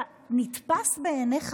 נתפס בעיניך